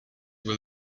will